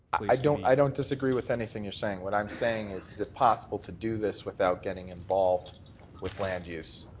i don't i don't disagree with anything you're saying, what i'm saying is is it possible to do this without getting involved with land use?